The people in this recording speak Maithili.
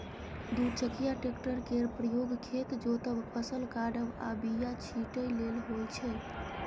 दु चकिया टेक्टर केर प्रयोग खेत जोतब, फसल काटब आ बीया छिटय लेल होइ छै